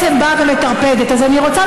אתה מוותר.